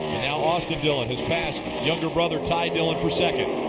now austin dillon has passed younger brother ty dillon for second.